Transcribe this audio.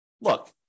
look